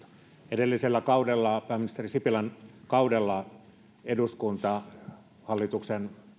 edellisellä kaudella pääministeri sipilän kaudella eduskunta hallituksen